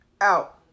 out